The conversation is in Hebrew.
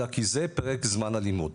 אלא כי זה פרק זמן הלימוד.